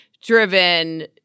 driven